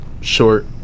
short